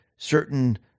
certain